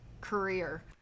career